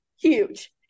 huge